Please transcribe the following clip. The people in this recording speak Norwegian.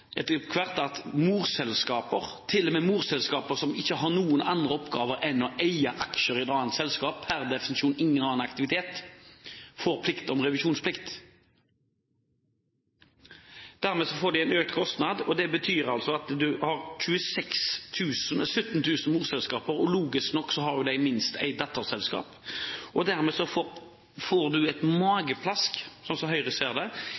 etter hvert fram at morselskaper – til og med morselskaper som ikke har noen andre oppgaver enn å eie aksjer i et annet selskap, per definisjon ingen annen aktivitet – får en revisjonsplikt. Dermed får de en økt kostnad. Det betyr at en har 17 000 morselskaper, og logisk nok har de minst ett datterselskap. Dermed får en et mageplask, slik Høyre ser det,